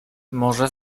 może